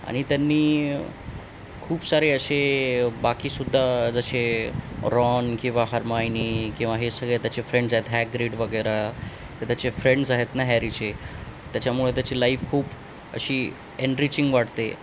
आणि त्यांनी खूप सारे असे बाकीसुद्धा जसे रॉन किंवा हरमायनी किंवा हे सगळे त्याचे फ्रेंड्स आहेत हॅग्रेड वगैरे ते त्याचे फ्रेंड्स आहेत ना हॅरीचे त्याच्यामुळे त्याची लाईफ खूप अशी एनरिचिंग वाटते